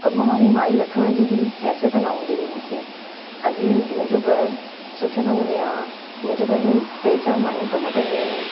कमवारी माई रखण जी बि हैसियत न हूंदी हुई मूंखे अॼु मुंहिंजो घरु सुठे नमूने आहे मुंहिंजे घर में टे चारि मायूं कम कंदियूं आहिनि